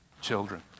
children